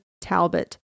Talbot